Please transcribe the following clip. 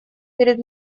перед